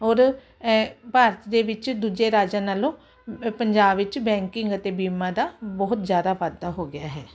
ਔਰ ਭਾਰਤ ਦੇ ਵਿੱਚ ਦੂਜੇ ਰਾਜਾਂ ਨਾਲੋਂ ਪੰਜਾਬ ਵਿੱਚ ਬੈਂਕਿੰਗ ਅਤੇ ਬੀਮਾ ਦਾ ਬਹੁਤ ਜਿਆਦਾ ਵਾਧਾ ਹੋ ਗਿਆ ਹੈ